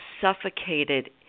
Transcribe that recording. suffocated